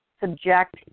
subject